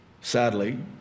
sadly